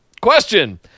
Question